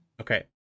okay